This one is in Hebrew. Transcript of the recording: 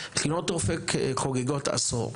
מכינות אופק חוגגות עשור,